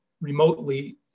remotely